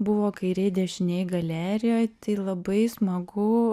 buvo kairė dešinė galerijoj tai labai smagu